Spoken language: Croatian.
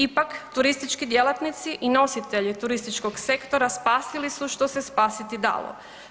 Ipak, turistički djelatnici i nositelji turističkog sektora spasili su što se spasiti se dalo.